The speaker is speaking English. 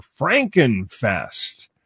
frankenfest